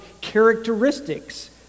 characteristics